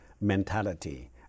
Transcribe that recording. mentality